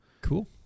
cool